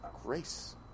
grace